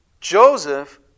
Joseph